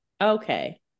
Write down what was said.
Okay